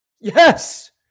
Yes